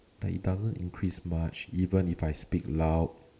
that it doesn't increase much even if I speak loud